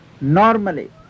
Normally